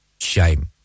Shame